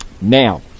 Now